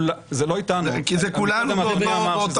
זה לא אתנו, כולנו עם הנקודה